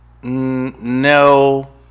no